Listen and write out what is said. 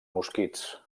mosquits